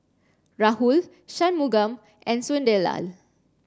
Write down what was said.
Rahul Shunmugam and Sunderlal